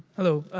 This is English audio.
hello,